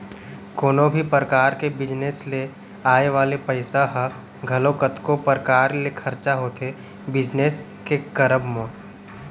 कोनो भी परकार के बिजनेस ले आय वाले पइसा ह घलौ कतको परकार ले खरचा होथे बिजनेस के करब म